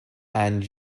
and